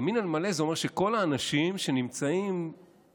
ימין על מלא זה אומר שכל האנשים שנמצאים בקואליציה